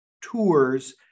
tours